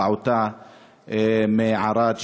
הפעוטה מערד,